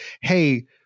hey